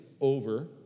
over